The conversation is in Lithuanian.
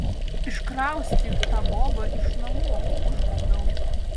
iškraustyk tą bobą iš namų užbaubiau